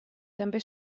també